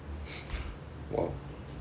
!wow!